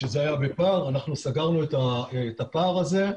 זה היה בפער, אנחנו סגרנו את הפער הזה.